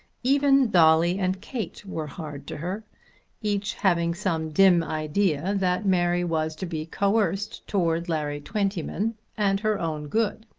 even dolly and kate were hard to her each having some dim idea that mary was to be coerced towards larry twentyman and her own good.